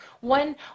one